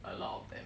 a lot of them